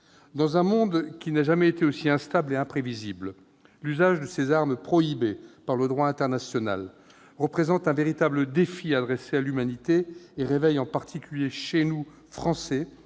Dans un monde qui n'a jamais été aussi instable et imprévisible, l'usage de ces armes prohibées par le droit international représente un véritable défi adressé à l'humanité et réveille, en particulier chez nous Français,